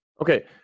Okay